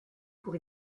pour